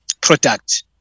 product